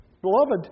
Beloved